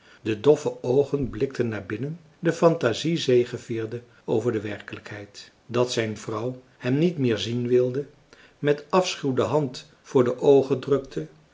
de doffe oogen blikten naar binnen de fantasie zegevierde over de werkelijkheid dat zijn vrouw hem niet meer zien wilde met afschuw de hand voor de oogen drukte